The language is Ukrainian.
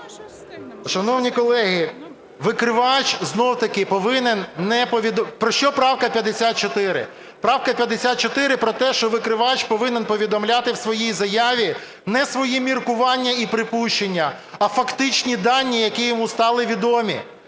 Шановні колеги, викривач, знову-таки, повинен не… Про що правка 54? Правка 54 про те, що викривач повинен повідомляти в своїй заяві не свої міркування і припущення, а фактичні дані, які йому стали відомі,